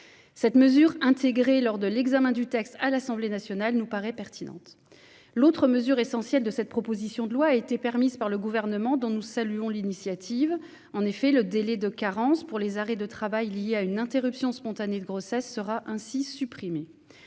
Cette mesure intégrée lors de l'examen du texte à l'Assemblée nationale nous paraît pertinente. L'autre mesure essentielle de cette proposition de loi a été prise par le Gouvernement, dont nous saluons l'initiative. Le délai de carence lors des arrêts de travail liés à une interruption spontanée de grossesse sera ainsi supprimé.